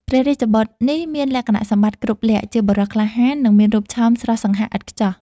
ព្រះរាជបុត្រនេះមានលក្ខណៈសម្បត្តិគ្រប់លក្ខណ៍ ជាបុរសក្លាហាន និងមានរូបឆោមស្រស់សង្ហាឥតខ្ចោះ។